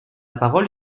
parole